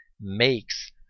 makes